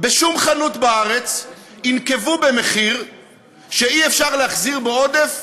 בשום חנות בארץ ינקבו במחיר שאי-אפשר להחזיר בו עודף,